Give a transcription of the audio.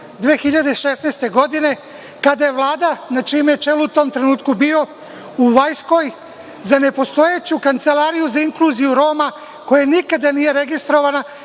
2016. godine kada je Vlada, na čijem je čelu u tom trenutku bio u Vajskoj za nepostojeću kancelariju za inkluziju Roma, koja nikada nije registrovana